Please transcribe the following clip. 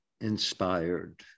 inspired